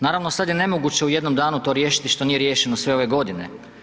Naravno, sad je nemoguće u jednom danu to riješiti što nije riješeno sve ove godine.